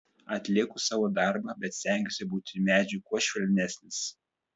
atlieku savo darbą bet stengiuosi būti medžiui kuo švelnesnis